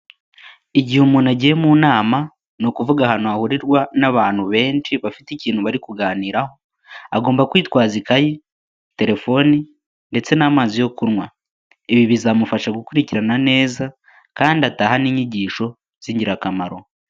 Igihe umuntu agiye mu nama, ni ukuvuga ahantu hahurirwa n'abantu benshi bafite ikintu bari kuganiraho, agomba kwitwaza ikayi, telefoni ndetse n'amazi yo kunywa. Ibi bizamufasha gukurikirana neza kandi atahane n'inyigisho z'ingirakamaro.